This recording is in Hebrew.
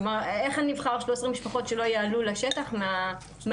איך אני אבחר 13 משפחות שלא יעלו לשטח מהגרעין?